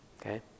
okay